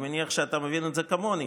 אני מניח שאתה מבין את זה כמוני?